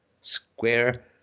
Square